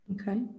Okay